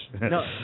no